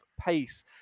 pace